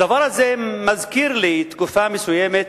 הדבר הזה מזכיר לי תקופה מסוימת